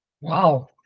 Wow